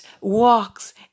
walks